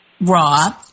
raw